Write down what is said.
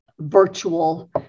virtual